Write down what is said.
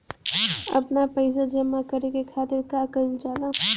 आपन पइसा जमा करे के खातिर का कइल जाइ?